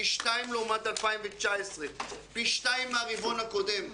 פי שתיים לעומת 2019, פי שתיים מהרבעון הקודם.